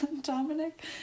Dominic